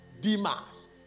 Demas